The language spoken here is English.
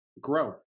grow